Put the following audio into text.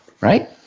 Right